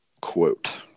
Quote